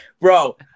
Bro